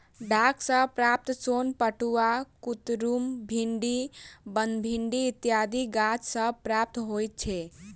डांट सॅ प्राप्त सोन पटुआ, कुतरुम, भिंडी, बनभिंडी इत्यादि गाछ सॅ प्राप्त होइत छै